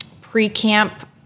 pre-camp